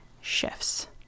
shifts